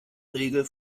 regel